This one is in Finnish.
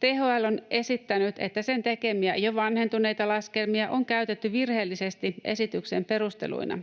THL on esittänyt, että sen tekemiä, jo vanhentuneita laskelmia on käytetty virheellisesti esityksen perusteluina.